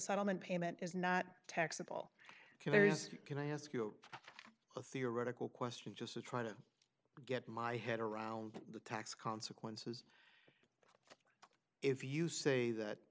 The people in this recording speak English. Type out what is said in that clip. settlement payment is not taxable can i ask you a theoretical question just to try to get my head around the tax consequences if you say that